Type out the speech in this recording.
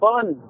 fun